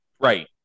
right